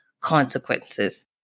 consequences